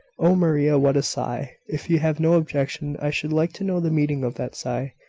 oh, maria! what a sigh! if you have no objection, i should like to know the meaning of that sigh.